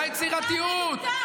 ליצירתיות,